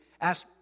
ask